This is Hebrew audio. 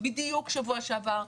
בדיוק שבוע שעבר.